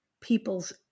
people's